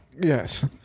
Yes